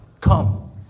come